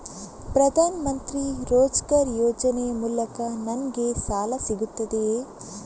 ಪ್ರದಾನ್ ಮಂತ್ರಿ ರೋಜ್ಗರ್ ಯೋಜನೆ ಮೂಲಕ ನನ್ಗೆ ಸಾಲ ಸಿಗುತ್ತದೆಯೇ?